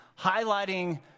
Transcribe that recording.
highlighting